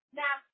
now